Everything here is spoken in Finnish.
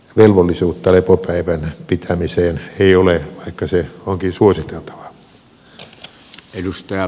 velvollisuutta lepopäivän pitämiseen ei ole vaikka se onkin suositeltavaa